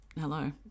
hello